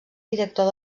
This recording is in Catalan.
director